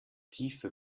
tiefe